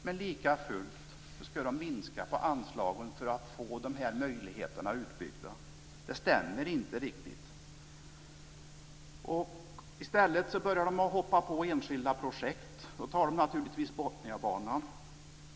Men likafullt ska de minska anslagen för att få de här möjligheterna utbyggda. Det stämmer inte riktigt. I stället börjar de hoppa på enskilda projekt och tar naturligtvis Botniabanan.